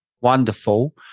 wonderful